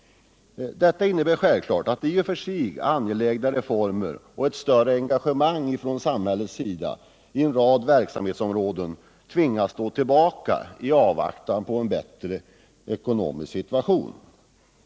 Detta innebär självklart att i och för sig angelägna reformer och ett större engagemang från samhället på en rad verksamhetsområden tvingas stå tillbaka i avvaktan på en förbättrad ekonomisk situation.